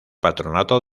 patronato